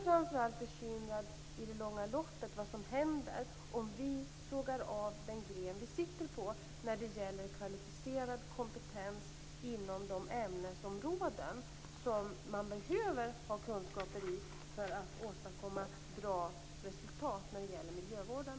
Framför allt är jag bekymrad över vad som händer i det långa loppet om vi sågar av den gren vi sitter på i fråga om kvalificerad kompetens inom de ämnesområden man behöver kunskaper i för att åstadkomma bra resultat i miljövården.